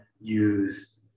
use